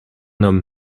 homme